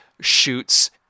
shoots